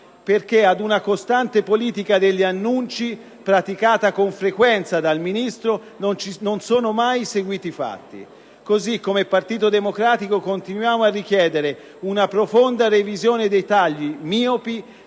perché ad una costante politica degli annunci, praticata con frequenza dal Ministro, non sono mai seguiti i fatti. Così, come Partito Democratico continuiamo a richiedere una profonda revisione dei tagli miopi